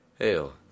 Hell